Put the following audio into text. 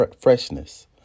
freshness